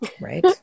Right